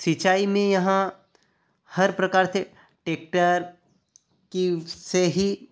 सिंचाई में यहाँ हर प्रकार से टेक्टर की से ही